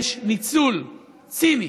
יש ניצול ציני,